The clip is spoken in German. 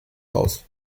aus